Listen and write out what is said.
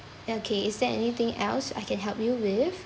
okay is there anything else I can help you with